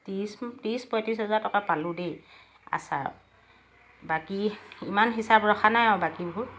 ত্ৰিছ ত্ৰিছ পঁয়ত্ৰিছ হাজাৰ টকা পালোঁ দেই আচাৰ বাকী ইমান হিচাপ ৰখা নাই আৰু বাকীবোৰ